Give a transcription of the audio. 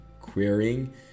querying